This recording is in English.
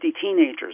teenagers